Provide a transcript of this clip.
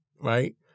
right